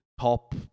top